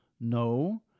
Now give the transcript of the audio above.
No